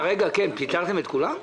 פיטרתם את כולם?